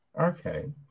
okay